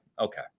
Okay